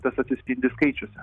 tas atsispindi skaičiuose